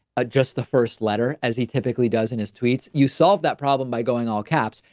ah, just the first letter as he typically does in his tweets. you solve that problem by going all caps.